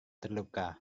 terluka